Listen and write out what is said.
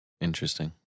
interesting